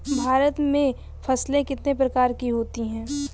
भारत में फसलें कितने प्रकार की होती हैं?